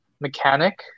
mechanic